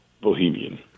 Bohemian